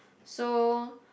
so